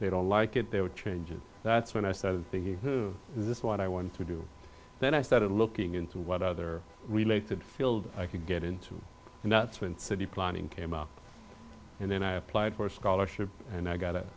don't like it they would change and that's when i started thinking this what i wanted to do then i started looking into what other related fields i could get into and that's when city planning came up and then i applied for a scholarship and i got